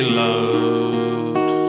loved